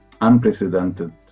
unprecedented